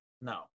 No